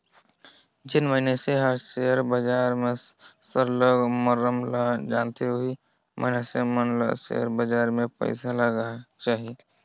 जेन मइनसे हर सेयर बजार के सरलग मरम ल जानथे ओही मइनसे मन ल सेयर बजार में पइसा लगाएक चाही